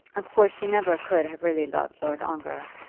of course she never could have really loved lord ongar.